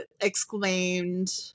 exclaimed